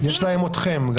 יש להם אתכם.